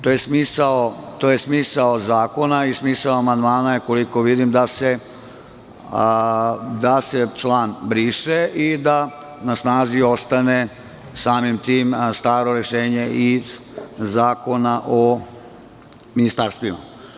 To je smisao zakona i smisao amandmana, koliko vidim, da se član briše i da na snazi ostane samim tim staro rešenje iz Zakona o ministarstvima.